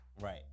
right